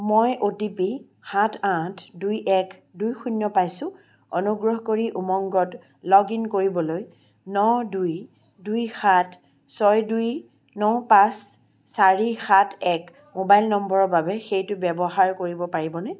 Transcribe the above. মই O T P সাত আঠ দুই এক দুই শূন্য পাইছোঁ অনুগ্ৰহ কৰি উমংগত লগ ইন কৰিবলৈ ন দুই দুই সাত ছয় দুই ন পাঁচ চাৰি সাত এক মোবাইল নম্বৰৰ বাবে সেইটো ব্যৱহাৰ কৰিব পাৰিবনে